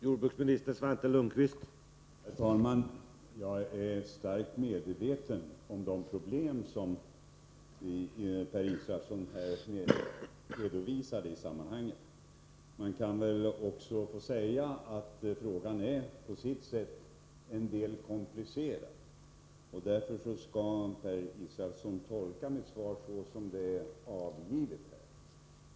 Herr talman! Jag är starkt medveten om de problem som Per Israelsson redovisat i sammanhanget. Låt mig också få säga att frågan på sitt sätt är ganska komplicerad. Därför skall Per Israelsson tolka mitt svar såsom det är givet.